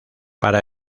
para